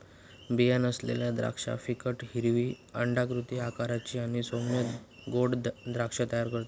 बीया नसलेली द्राक्षा फिकट हिरवी अंडाकृती आकाराची आणि सौम्य गोड द्राक्षा तयार करतत